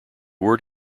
word